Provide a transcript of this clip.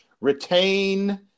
retain